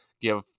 give